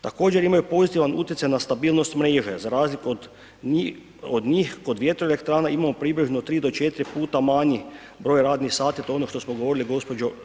Također imaju pozitivan utjecaj na stabilnost mreže za razliku od njih, kod vjetroelektrana imamo približno 3 do 4 puta manji broj radnih sati, to je ono što smo govorili gđo.